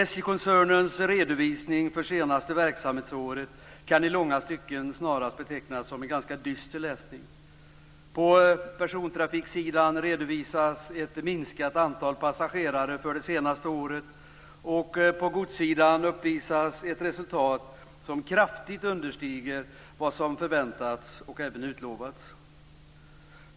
SJ-koncernens redovisning för senaste verksamhetsåret kan i långa stycken snarast betecknas om en ganska dyster läsning. På persontrafiksidan redovisas ett minskat antal passagerare för det senaste året, och på godssidan uppvisas ett resultat som kraftigt understiger vad som förväntats och även utlovats.